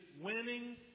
winning